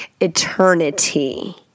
eternity